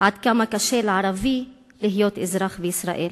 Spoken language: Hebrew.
עד כמה קשה לערבי להיות אזרח בישראל,